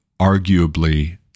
arguably